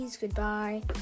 Goodbye